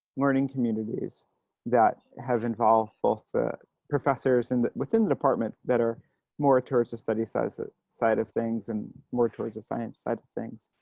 learning communities that have involved both the professors and within the department that are more towards the study side so side of things and more towards the science side of things.